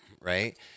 right